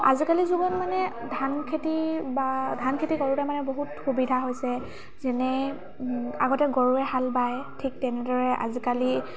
আজিকালি যুগত মানে ধান খেতি বা ধান খেতি কৰোঁতে মানে বহুত সুবিধা হৈছে যেনে আগতে গৰুৱে হাল বায় ঠিক তেনেদৰে আজিকালি